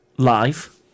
live